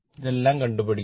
ഇതെല്ലാം കണ്ടുപിടിക്കണം